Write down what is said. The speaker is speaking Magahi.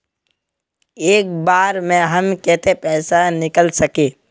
एक बार में हम केते पैसा निकल सके?